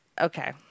Okay